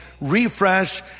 Refresh